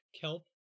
kelp